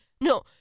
no